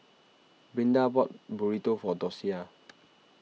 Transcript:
Brinda bought Burrito for Docia